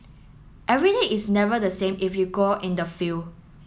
every day is never the same if you go in the field